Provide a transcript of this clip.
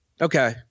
okay